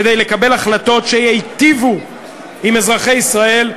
כדי לקבל החלטות שייטיבו עם אזרחי ישראל.